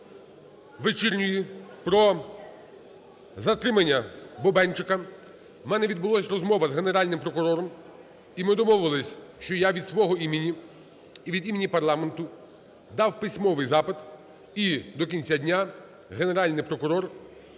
розмови вечірньої про затримання Бубенчика, у мене відбулась розмова з Генеральним прокурором. І ми домовились, що я від свого імені і від імені парламенту дав письмовий запит, і до кінця дня Генеральний прокурор